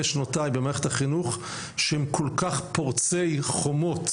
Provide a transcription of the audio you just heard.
שנותיי במערכת החינוך שהם כל כך פורצי חומות,